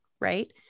right